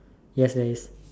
yes there is